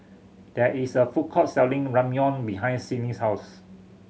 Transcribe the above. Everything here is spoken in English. there is a food court selling Ramyeon behind Sydnee's house